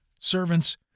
Servants